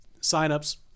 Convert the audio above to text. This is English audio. sign-ups